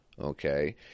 okay